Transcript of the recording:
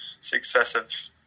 successive